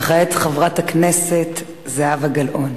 וכעת, חברת הכנסת זהבה גלאון.